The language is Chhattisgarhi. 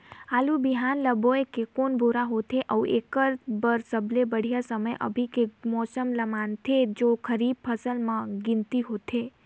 आलू बिहान ल बोये के कोन बेरा होथे अउ एकर बर सबले बढ़िया समय अभी के मौसम ल मानथें जो खरीफ फसल म गिनती होथै?